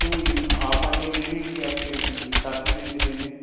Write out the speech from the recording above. तो ये आप आएंगे देने कि आपके साथी आएंगे देने